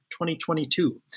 2022